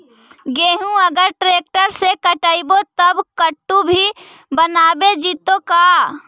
गेहूं अगर ट्रैक्टर से कटबइबै तब कटु भी बनाबे जितै का?